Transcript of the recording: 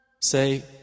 Say